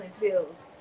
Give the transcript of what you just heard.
pills